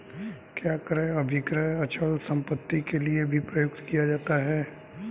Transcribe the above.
क्या क्रय अभिक्रय अचल संपत्ति के लिये भी प्रयुक्त किया जाता है?